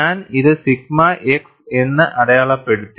ഞാൻ ഇത് sigma x എന്ന് അടയാളപ്പെടുത്തി